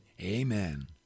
Amen